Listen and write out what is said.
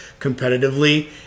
competitively